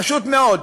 פשוט מאוד.